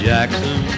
Jackson